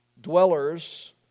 dwellers